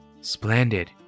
Splendid